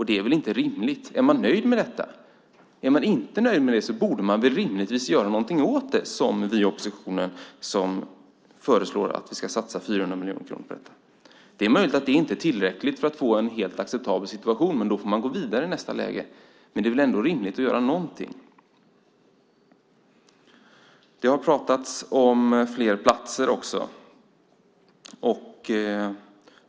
Det är väl inte rimligt. Är man nöjd med detta? Är man inte nöjd med det borde man väl rimligtvis göra något åt det, som vi i oppositionen gör som föreslår att vi ska satsa 400 miljoner kronor på det. Det är möjligt att det inte är tillräckligt för att få en helt acceptabel situation, men då får man gå vidare i nästa läge. Det är väl ändå rimligt att göra någonting. Det har också pratats om fler platser.